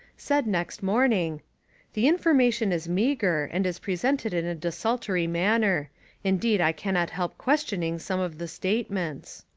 said next morning the information is meagre and is presented in a desultory manner indeed i cannot help questioning some of the statements.